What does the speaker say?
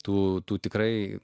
tų tų tikrai